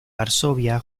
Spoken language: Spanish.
varsovia